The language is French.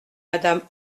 madame